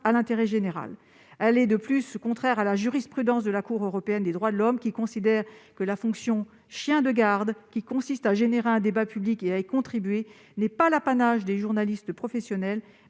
à l'intérêt général. Cet état de fait est en outre contraire à la jurisprudence de la Cour européenne des droits de l'homme, qui considère que la fonction « chien de garde », qui consiste à provoquer un débat public et à y contribuer, n'est pas l'apanage des journalistes professionnels,